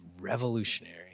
revolutionary